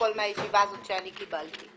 הפרוטוקול מהישיבה הזאת שאני קיבלתי.